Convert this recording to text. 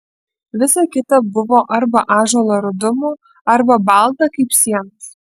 visa kita buvo arba ąžuolo rudumo arba balta kaip sienos